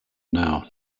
now